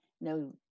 no